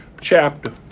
chapter